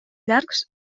llargs